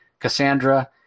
cassandra